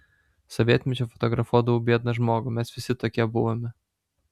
sovietmečiu fotografuodavau biedną žmogų mes visi tokie buvome